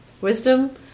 Wisdom